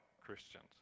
Christians